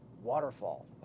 waterfall